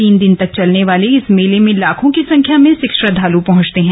तीन दिन चलने वाले इस मेले में लाखों की संख्या में सिख श्रद्वालु पहुंचते हैं